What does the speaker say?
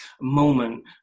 moment